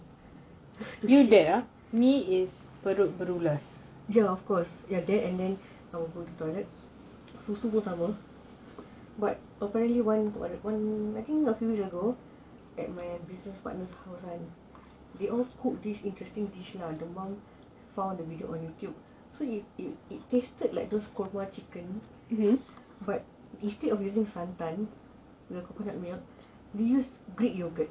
to shit yes of course yes that and then I will go to toilet susu pun sama but apparently one I think a few years ago at my business partner house lah we all cook this interesting dish lah so it tasted like those kung pao chicken so instead of using santan the coconut milk we use greek yoghurt